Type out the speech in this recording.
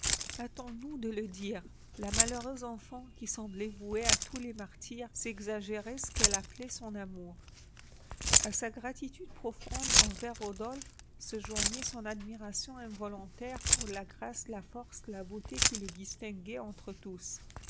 hâtons-nous de le dire la malheureuse enfant qui semblait vouée à tous les martyres s'exagérait ce qu'elle appelait son amour à sa gratitude profonde envers rodolphe se joignait son admiration involontaire pour la grâce la force la beauté qui le distinguaient entre tous